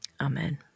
Amen